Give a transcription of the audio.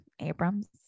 Abrams